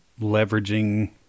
leveraging